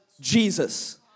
Jesus